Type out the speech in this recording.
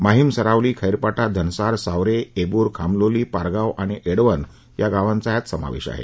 माहीम सरावली खप्पिटा धनसार सावरे एबूर खामलोली पारगाव आणि एडवन या गावांचा यात समावेश आहे